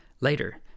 Later